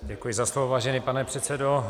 Děkuji za slovo, vážený pane předsedo.